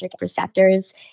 receptors